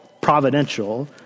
providential